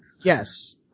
Yes